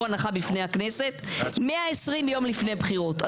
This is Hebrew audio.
מהנחה בפני הכנסת 120 יום לפני בחירות.